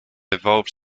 evolved